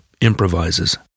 improvises